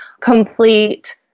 complete